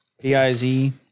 P-I-Z